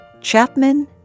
Chapman